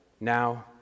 now